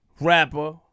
rapper